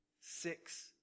Six